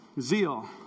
Zeal